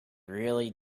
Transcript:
really